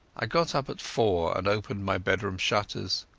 i got up at four and opened my bedroom shutters.